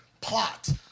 Plot